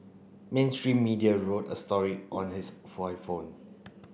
mainstream media wrote a story on his iPhone